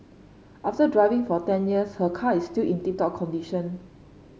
after driving for ten years her car is still in tip top condition